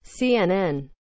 CNN